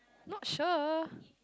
not sure